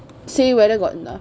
say whether got